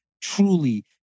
truly